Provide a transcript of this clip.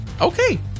Okay